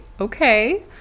okay